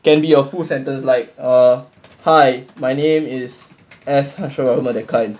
can be a full sentence like uh hi my name is S harsha